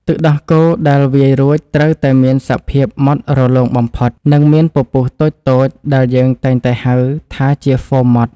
ទឹកដោះគោដែលវាយរួចត្រូវតែមានសភាពម៉ត់រលោងបំផុត និងមានពពុះតូចៗដែលយើងតែងតែហៅថាជាហ្វូមម៉ត់។